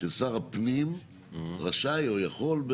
ששר הפנים רשאי או יכול?